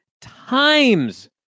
times